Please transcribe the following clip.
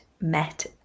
met